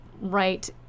right